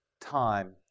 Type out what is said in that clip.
time